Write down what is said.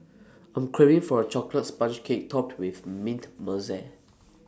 I'm craving for A Chocolate Sponge Cake Topped with Mint Mousse